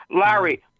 Larry